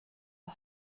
det